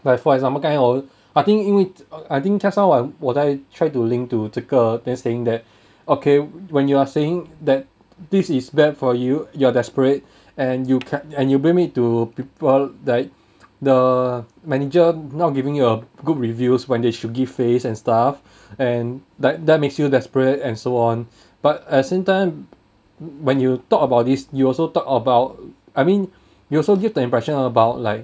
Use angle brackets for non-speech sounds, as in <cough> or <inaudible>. like for example 刚才我 I think 因为 I think just now 我在 try to link to 这个 then saying that okay when you are saying that this is bad for you you're desperate and you and you bring me to people like the manager not giving you a good reviews when they should give face and stuff <breath> and like that makes you desperate and so on <breath> but at the same time when you talk about this you also talk about I mean you also give the impression about like